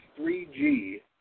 3G